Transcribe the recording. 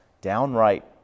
downright